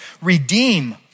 redeem